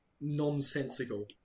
nonsensical